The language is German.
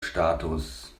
status